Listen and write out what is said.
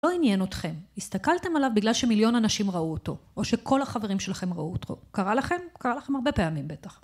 לא עניין אתכם, הסתכלתם עליו בגלל שמיליון אנשים ראו אותו או שכל החברים שלכם ראו אותו. קרה לכם? קרה לכם הרבה פעמים בטח.